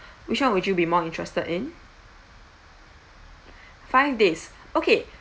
which one would you be more interested in five days okay